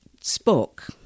spoke